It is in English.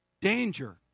danger